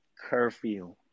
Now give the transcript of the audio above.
curfew